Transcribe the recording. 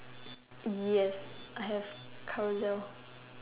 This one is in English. yes I have Carousel